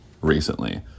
recently